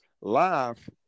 Life